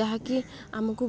ଯାହାକି ଆମକୁ